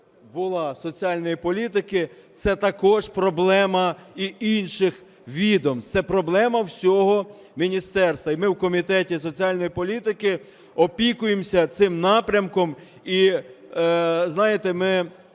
була, соціальної політики, це також проблема і інших відомств, це проблема всього міністерства. І ми в Комітеті соціальної політики опікуємося цим напрямком, і, знаєте,